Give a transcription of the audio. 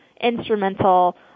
instrumental